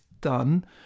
done